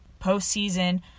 postseason